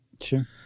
Sure